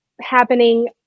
happening